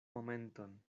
momenton